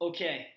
Okay